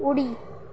उडी